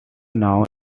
known